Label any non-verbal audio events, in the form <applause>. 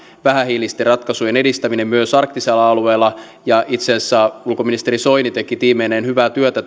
vähähiilisten ratkaisujen edistäminen myös arktisella alueella ja itse asiassa ulkoministeri soini teki tiimeineen hyvää työtä <unintelligible>